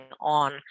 on